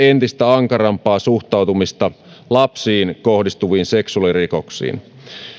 entistä ankarampaa suhtautumista lapsiin kohdistuviin seksuaalirikoksiin